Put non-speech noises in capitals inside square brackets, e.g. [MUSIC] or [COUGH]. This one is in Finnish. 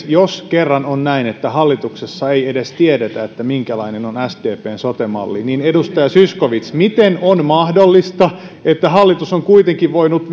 [UNINTELLIGIBLE] jos kerran on näin että hallituksessa ei edes tiedetä minkälainen on sdpn sote malli niin edustaja zyskowicz miten on mahdollista että hallitus on kuitenkin voinut [UNINTELLIGIBLE]